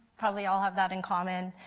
probably all have that in common.